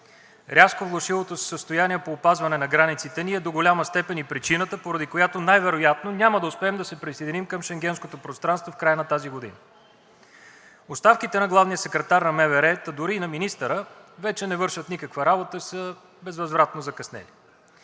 Рязко влошилото се състояние по опазване на границите ни е до голяма степен и причина, поради която най-вероятно няма да успеем да се присъединим към Шенгенското пространство в края на тази година. Оставките на главния секретар на МВР, та дори и на министъра вече не вършат никаква работа и са безвъзвратно закъснели.